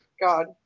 God